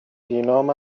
بینام